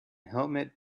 helmet